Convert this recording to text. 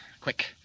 quick